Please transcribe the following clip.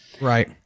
right